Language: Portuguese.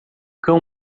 cão